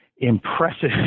impressive